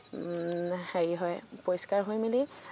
হেৰি হয় পৰিষ্কাৰ হয় মানে